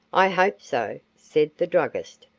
i hope so, said the druggist.